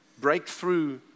breakthrough